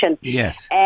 Yes